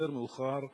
יותר מאוחר,